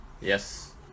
Yes